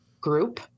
group